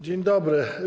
Dzień dobry.